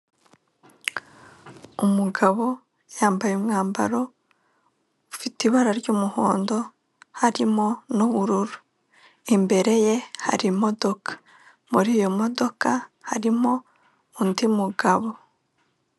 Umugabo yambaye umwambaro ufite ibara ry'umuhondo harimo n'ubururu, imbere ye hari imodoka muri iyo modoka harimo undi mugabo.